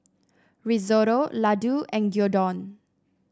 Risotto Ladoo and Gyudon